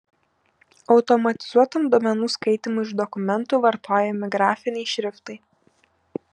automatizuotam duomenų skaitymui iš dokumentų vartojami grafiniai šriftai